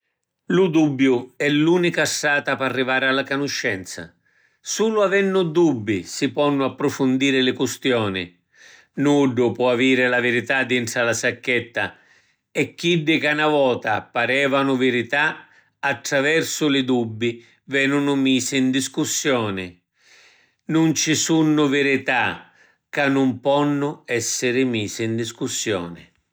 Lu dubbiu è l’unica strata p’arrivari a la canuscenza. Sulu avennu dubbi si ponnu apprufundiri li custioni. Nuddu po’ aviri la virità dintra la sacchetta e chiddi ca na vota parevanu virità, attraversu li dubbi venunu misi in discussioni. Nun ci sunnu virità ca nun ponnu essiri misi in discussioni.